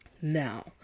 Now